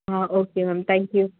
ah okay ma'am thank you